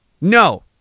No